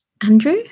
Andrew